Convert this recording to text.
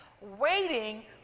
waiting